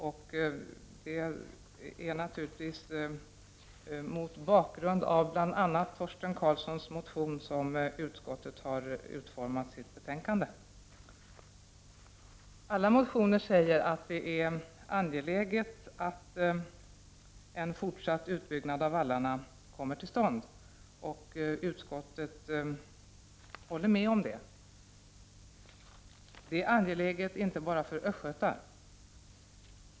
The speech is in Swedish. Det är naturligtvis mot bakgrund av bl.a. Torsten Karlssons motion som utskottet har utformat sitt betänkande. I alla motioner sägs att det är angeläget att en fortsatt utbyggnad av vallarna kommer till stånd. Utskottet håller med om det. Det är angeläget inte bara för östgötar.